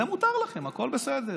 זה מותר לכם, הכול בסדר.